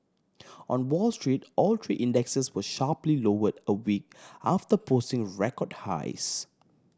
on Wall Street all three indexes were sharply lowered a week after posting record highs